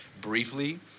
briefly